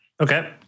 Okay